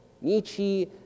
Nietzsche